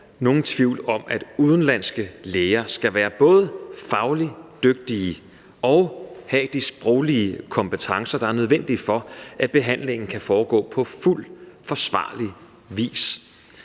nogen tvivl om, at udenlandske læger både skal være fagligt dygtige og have de sproglige kompetencer, der er nødvendige for, at behandlingen kan foregå på fuldt forsvarlig vis.